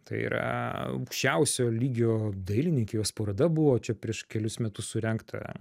tai yra aukščiausio lygio dailininkė jos paroda buvo čia prieš kelis metus surengta